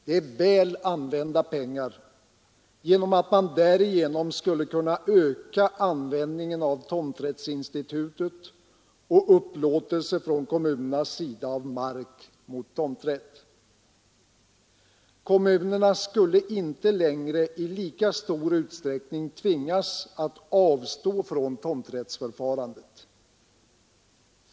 Det är väl använda pengar, då man därigenom skulle öka användningen av tomträttsinstitutet och upplåtelser från kommunernas sida av mark mot tomträtt. Kommunerna skulle inte längre i lika stor utsträckning tvingas avstå från tomträttsförfarandet.